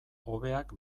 hobeak